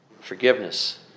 forgiveness